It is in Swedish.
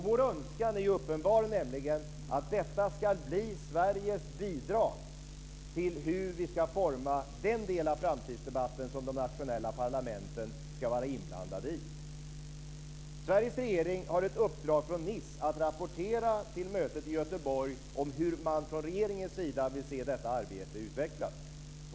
Vår önskan är uppenbar, nämligen att detta ska bli Sveriges bidrag till hur vi ska forma den del av framtidsdebatten som de nationella parlamenten ska vara inblandade i. Sveriges regeringen har ett uppdrag från Nice att rapportera till mötet i Göteborg om hur man från regeringens sida vill se detta arbete utvecklas.